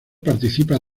participa